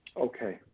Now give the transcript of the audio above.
Okay